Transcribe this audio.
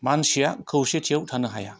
मानसिया खौसेथियाव थानो हाया